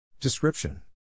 Description